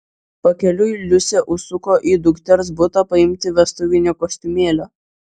pakeliui liusė užsuko į dukters butą paimti vestuvinio kostiumėlio